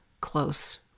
close